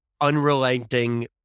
unrelenting